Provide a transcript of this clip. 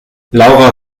laura